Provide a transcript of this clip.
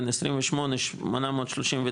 בין 28,839,